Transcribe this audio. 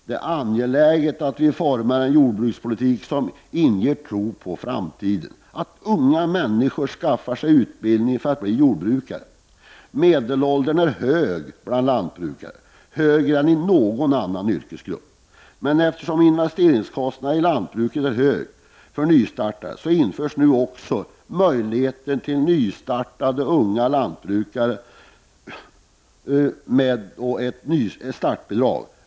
Det är angeläget att vi formar en jordbrukspolitik som gör att man kan tro på framtiden, som gör att unga människor skaffar sig utbildning för att bli jordbrukare. Medelåldern bland lantbrukarna är högre än i andra yrkesgrupper. Men eftersom investeringskostnaderna för nystartade lantbruk är höga, får nu nystartande unga lantbrukare möjlighet att erhålla ett startbidrag.